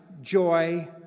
joy